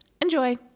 Enjoy